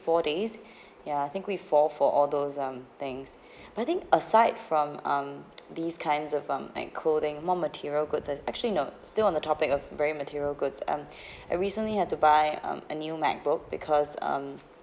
four days ya I think we fall for all those um things but I think aside from um these kinds of um like clothing more material goods as actually no still on the topic of very material goods um I recently had to buy um a new macbook because um